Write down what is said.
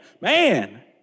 man